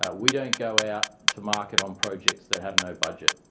ah we don't go out to market on projects that have no budget.